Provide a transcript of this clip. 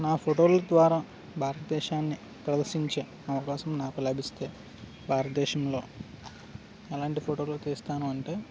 నా ఫోటోల ద్వారా భారతదేశాన్ని ప్రదర్శించే అవకాశం నాకు లభిస్తే భారతదేశంలో ఎలాంటి ఫోటోలు తీస్తాను అంటే